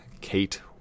Kate